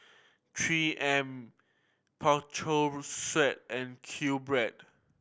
Three M Sweat and QBread